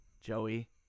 Joey